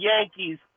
Yankees